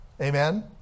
Amen